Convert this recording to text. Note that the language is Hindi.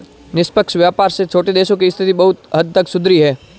निष्पक्ष व्यापार से छोटे देशों की स्थिति बहुत हद तक सुधरी है